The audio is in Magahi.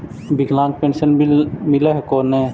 विकलांग पेन्शन मिल हको ने?